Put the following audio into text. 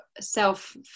self